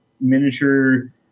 miniature